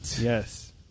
Yes